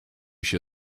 się